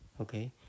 okay